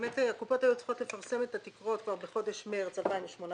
הקופות היו צריכות לפרסם את התקרות כבר בחודש מרס 2018,